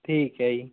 ਠੀਕ ਹੈ ਜੀ